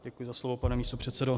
Děkuji za slovo, pane místopředsedo.